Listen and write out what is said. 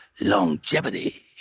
Longevity